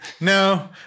No